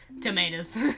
tomatoes